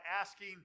asking